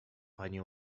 pani